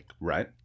right